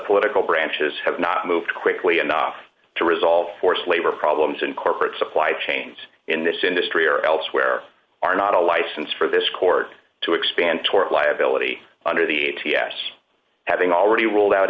political branches have not moved quickly enough to resolve forced labor problems and corporate supply chains in this industry or elsewhere are not a license for this court to expand tort liability under the ts having already ruled out